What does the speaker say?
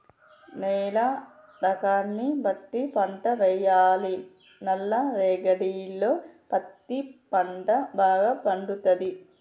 నేల రకాన్ని బట్టి పంట వేయాలి నల్ల రేగడిలో పత్తి పంట భాగ పండుతది